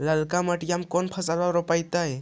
ललका मटीया मे कोन फलबा रोपयतय?